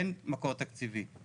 אין מקור תקציבי.